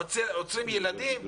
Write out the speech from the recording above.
עוצרים ילדים,